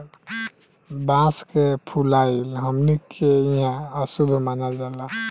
बांस के फुलाइल हमनी के इहां अशुभ मानल जाला